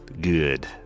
good